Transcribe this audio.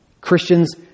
Christians